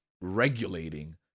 regulating